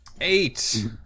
Eight